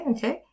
Okay